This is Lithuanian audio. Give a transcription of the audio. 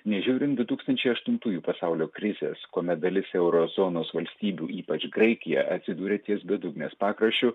nežiūrint du tūkstančiai aštuntųjų pasaulio krizės kuomet dalis euro zonos valstybių ypač graikija atsidūrė ties bedugnės pakraščiu